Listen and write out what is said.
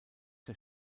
der